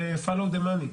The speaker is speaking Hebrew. וfollow the money,